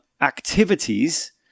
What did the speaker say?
activities